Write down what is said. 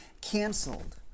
canceled